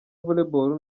volleyball